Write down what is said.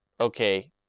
okay